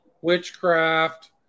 witchcraft